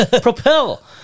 propel